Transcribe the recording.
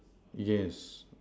yes